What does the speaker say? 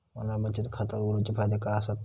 Online बचत खाता उघडूचे फायदे काय आसत?